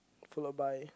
followed by